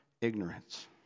ignorance